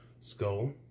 Skull